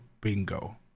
bingo